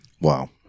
Wow